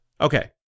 Okay